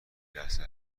لحظه